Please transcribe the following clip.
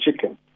chicken